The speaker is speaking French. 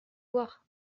voir